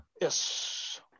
Yes